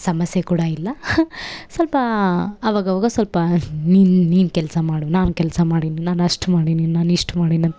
ಸಮಸ್ಯೆ ಕೂಡ ಇಲ್ಲ ಸ್ವಲ್ಪ ಅವಾಗವಾಗ ಸ್ವಲ್ಪ ನಿನ್ನ ನೀನು ಕೆಲಸ ಮಾಡು ನಾನು ಕೆಲಸ ಮಾಡಿನಿ ನಾನು ಅಷ್ಟು ಮಾಡಿನಿ ನಾನು ಇಷ್ಟು ಮಾಡಿನಿ ಅಂತ